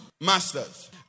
masters